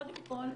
קודם כל,